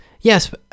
Yes